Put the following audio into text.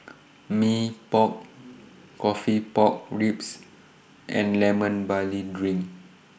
Mee Pok Coffee Pork Ribs and Lemon Barley Drink